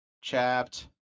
Chapped